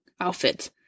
outfits